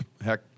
heck